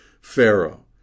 Pharaoh